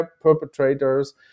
perpetrators